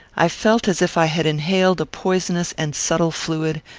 i felt as if i had inhaled a poisonous and subtle fluid,